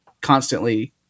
constantly